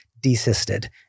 desisted